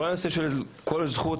לגבי כל הנושא של "כל זכות",